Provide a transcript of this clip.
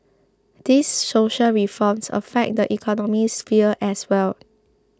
these social reforms affect the economic sphere as well